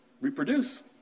reproduce